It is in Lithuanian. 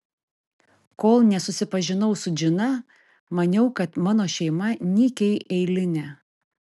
kol nesusipažinau su džina maniau kad mano šeima nykiai eilinė